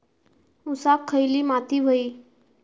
ऊसाक खयली माती व्हयी?